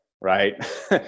right